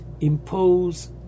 impose